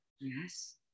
Yes